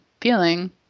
feeling